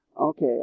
okay